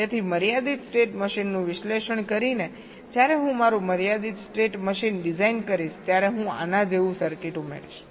તેથી મર્યાદિત સ્ટેટ મશીનનું વિશ્લેષણ કરીને જ્યારે હું મારું મર્યાદિત સ્ટેટ મશીન ડિઝાઇન કરીશ ત્યારે હું આના જેવું સર્કિટ ઉમેરીશ